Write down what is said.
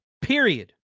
Period